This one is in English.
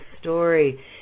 story